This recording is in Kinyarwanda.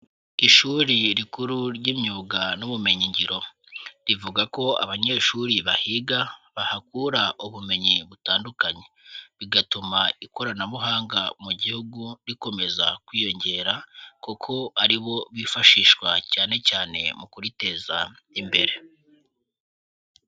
Ishuri rikuru ry'imyuga n'ubumenyi ngiro rivuga ko abanyeshuri bahiga bahakura ubumenyi butandukanye, bigatuma ikoranabuhanga mu gihugu rikomeza kwiyongera kuko aribo bifashishwa cyane cyane mu kuriteza imbere.